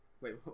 Wait